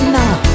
now